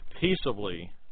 peaceably